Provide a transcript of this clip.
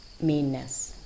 meanness